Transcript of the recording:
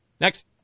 Next